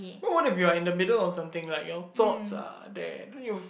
no what if you're in a middle of something right your thoughts are there then you